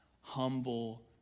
humble